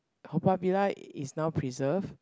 Haw-Par-Villa is now preserve